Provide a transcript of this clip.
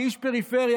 כאיש פריפריה,